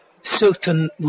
certain